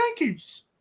Yankees